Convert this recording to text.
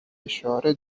اشاره